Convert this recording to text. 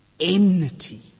enmity